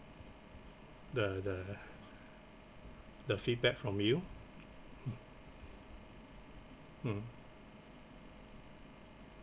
the the the feedback from you hmm mm